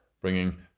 bringing